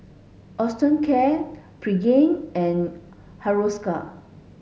Osteocare Pregain and Hiruscar